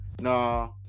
nah